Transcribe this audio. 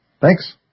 Thanks